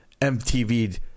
MTV